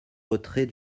retrait